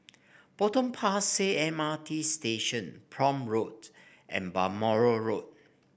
Potong Pasir M R T Station Prome Road and Balmoral Road